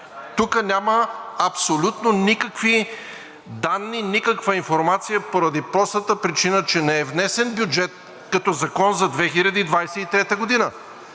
Тук няма абсолютно никакви данни, никаква информация, поради простата причина, че не е внесен бюджет като закон за 2023 г.